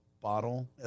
bottle